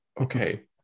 Okay